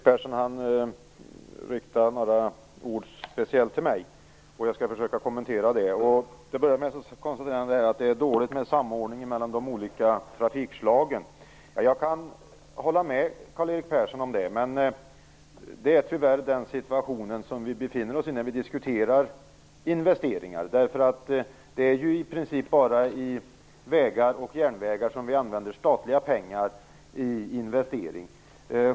Herr talman! Karl-Erik Persson riktade några ord speciellt till mig, och jag skall kommentera dem. Han konstaterade till att börja med att det är dåligt med samordningen mellan de olika trafikslagen. Jag kan hålla med Karl-Erik Persson om det, men det är tyvärr den situation som vi befinner oss i när vi diskuterar investeringar. Det är ju i princip bara i vägar och järnvägar som vi använder statliga investeringspengar.